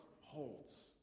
holds